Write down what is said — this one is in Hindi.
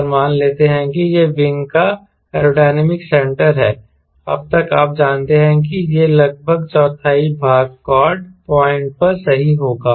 और मान लेते हैं कि यह विंग का एयरोडायनेमिक सेंटर है अब तक आप जानते हैं कि यह लगभग चौथाई भाग कॉर्ड पॉइंट पर सही होगा